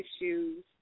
issues